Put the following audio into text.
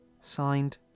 Signed